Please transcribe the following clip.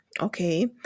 okay